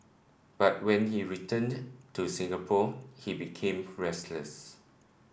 but when he returned to Singapore he became restless